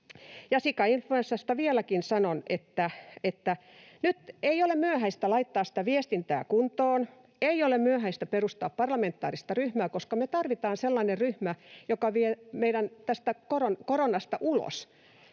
Sikainfluenssasta vieläkin sanon, että nyt ei ole myöhäistä laittaa sitä viestintää kuntoon. Ei ole myöhäistä perustaa parlamentaarista ryhmää, koska me tarvitaan sellainen ryhmä, joka vie meidät tästä koronasta ulos,